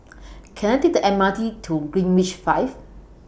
Can I Take The M R T to Greenwich V